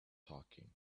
talking